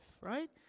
right